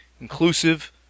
inclusive